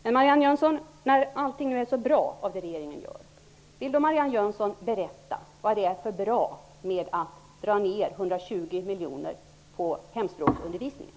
Men, Marianne Jönsson, när allt som regeringen gör är så bra, vill då Marianne Jönsson berätta vad det är för bra med att dra ned 120 miljoner på hemspråksundervisningen?